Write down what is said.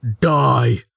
Die